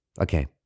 Okay